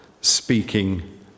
Speaking